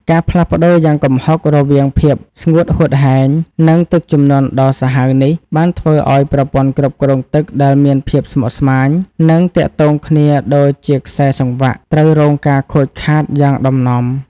ការផ្លាស់ប្តូរយ៉ាងគំហុករវាងភាពស្ងួតហួតហែង និងទឹកជំនន់ដ៏សាហាវនេះ បានធ្វើឱ្យប្រព័ន្ធគ្រប់គ្រងទឹកដែលមានភាពស្មុគស្មាញ និងទាក់ទងគ្នាដូចជាខ្សែសង្វាក់ ត្រូវរងការខូចខាតយ៉ាងដំណំ។